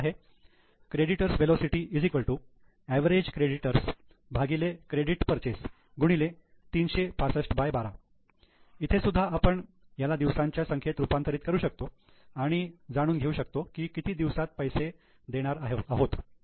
average creditors 365 creditors velocity X credit purchase 12 इथे सुद्धा आपण ह्याला दिवसांच्या संख्येत रूपांतरित करू शकतो आणि जाणून घेऊ शकतो की किती दिवसात पैसे देणार आहोत